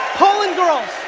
poland girls,